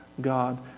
God